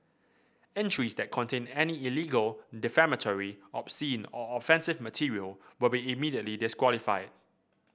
entries that contain any illegal defamatory obscene or offensive material will be immediately disqualified